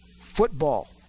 football